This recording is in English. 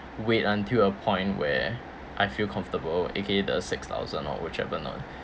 wait until a point where I feel comfortable A_K_A the six thousand or whichever not